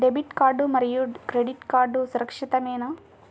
Debit card మరియు credit card సురక్షితమేనా?